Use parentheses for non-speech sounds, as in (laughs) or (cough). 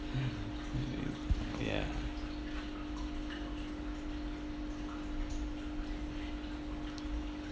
(laughs) ya